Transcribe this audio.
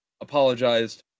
apologized